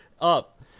up